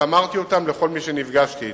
ואמרתי אותם גם לכל מי שנפגשתי אתו.